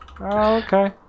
okay